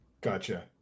gotcha